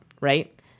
right